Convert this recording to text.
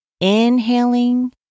Inhaling